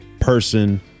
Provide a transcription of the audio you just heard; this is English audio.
person